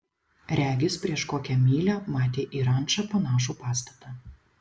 regis prieš kokią mylią matė į rančą panašų pastatą